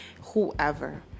whoever